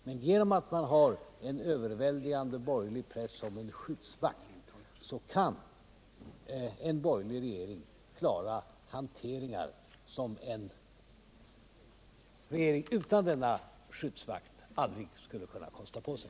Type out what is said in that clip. Men på grund av att en borgerlig regering har en överväldigande borgerlig press som skyddsvakt kan den klara hanteringar som en regering utan denna skyddsvakt aldrig skulle kunna kosta på sig.